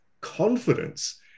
confidence